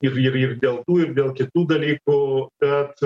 ir ir ir dėl tų ir dėl kitų dalykų bet